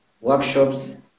workshops